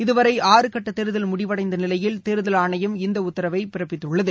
இதுவரை ஆறு கட்ட தேர்தல் முடிவடைந்த நிலையில் தேர்தல் ஆணையம் இந்த உத்தரவு பிறப்பித்துள்ளது